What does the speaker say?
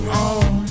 on